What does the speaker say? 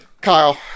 Kyle